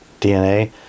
DNA